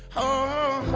oh